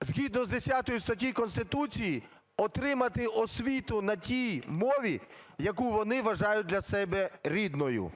згідно 10 статті Конституції отримати освіту на тій мові, яку вони вважають для себе рідною.